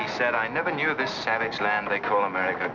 he said i never knew this savage land they call america